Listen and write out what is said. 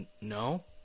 no